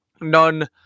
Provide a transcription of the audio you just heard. None